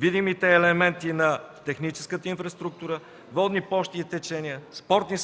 видимите елементи на техническата инфраструктура, водни площи и течения, спортни